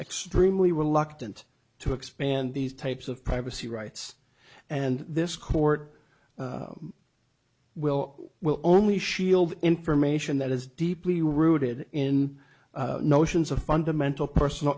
extremely reluctant to expand these types of privacy rights and this court will will only shield information that is deeply rooted in notions of fundamental personal